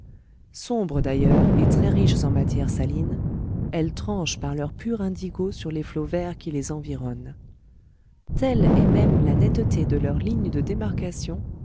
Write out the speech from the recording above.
sombres d'ailleurs et très riches en matières salines elles tranchent par leur pur indigo sur les flots verts qui les environnent telle est même la netteté de leur ligne de démarcation